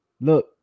Look